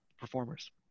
performers